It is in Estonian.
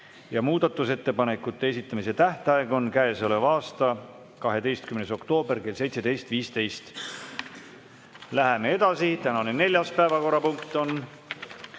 Muudatusettepanekute esitamise tähtaeg on käesoleva aasta 12. oktoober kell 16. Läheme edasi. Tänane kuues päevakorrapunkt on